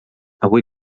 avui